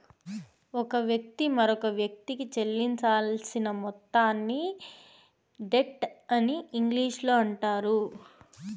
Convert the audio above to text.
ఒక వ్యక్తి మరొకవ్యక్తికి చెల్లించాల్సిన మొత్తాన్ని డెట్ అని ఇంగ్లీషులో అంటారు